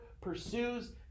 pursues